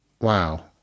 Wow